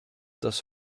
das